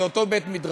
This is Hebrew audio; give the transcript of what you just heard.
זה אותו בית-מדרש.